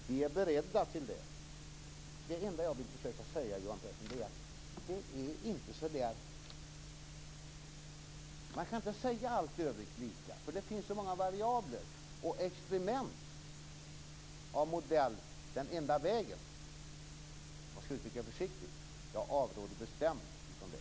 Vi är beredda till detta. Det enda jag vill försöka framföra, Johan Pehrson, är att man inte kan säga att allt i övrigt är lika. Det finns så många variabler. Och experiment av modell den enda vägen avråder jag bestämt från, för att uttrycka det försiktigt.